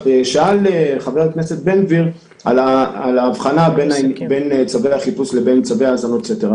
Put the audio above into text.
שאל חבר הכנסת בן גביר על ההבחנה בין צווי החיפוש לבין צווי האזנות סתר.